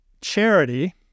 charity